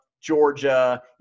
Georgia